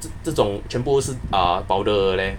这种全部是 uh powder 的 leh